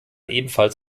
ebenfalls